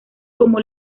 como